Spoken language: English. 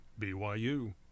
BYU